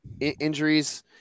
injuries